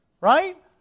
right